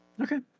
Okay